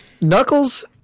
Knuckles